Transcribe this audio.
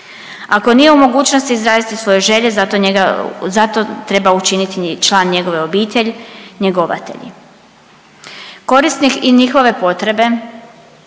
Ako nije u mogućnosti izraziti svoje želje, zato njega, zato treba učiniti član njegove obitelj, njegovatelj. Korisnik i njihove potrebe